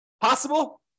Possible